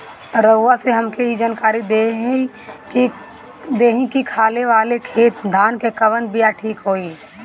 रउआ से हमके ई जानकारी देई की खाले वाले खेत धान के कवन बीया ठीक होई?